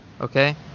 Okay